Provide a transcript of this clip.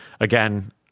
Again